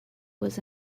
was